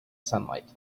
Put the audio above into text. sunlight